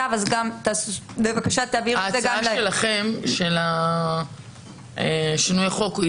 ההצעה שלכם של שינוי החוק זה עדיין ביחסי ממון?